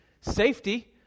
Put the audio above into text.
safety